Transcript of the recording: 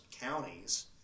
counties